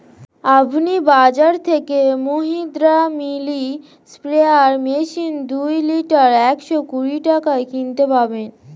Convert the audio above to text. আপনি বাজর থেকে মহিন্দ্রা মিনি স্প্রেয়ার মেশিন দুই লিটার একশো কুড়ি টাকায় কিনতে পারবেন